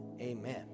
amen